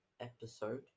episode